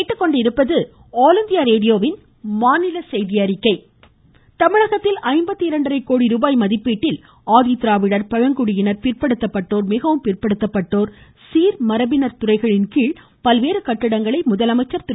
முதலமைச்சர் தமிழகத்தில் ஐம்பத்து இரண்டரை கோடி ரூபாய் மதிப்பீட்டில் ஆதி திராவிடர் பழங்குடியினா் பிற்படுத்தப்பட்டோா் மிகவும் பிற்படுத்தப்பட்டோா் மற்றும் சீா மரபினா் துறையின் கீழ் பல்வேறு கட்டிடங்களை முதலமைச்சர் திரு